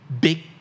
big